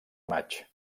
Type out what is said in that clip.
maig